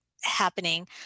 happening